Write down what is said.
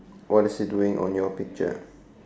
what is he doing on your picture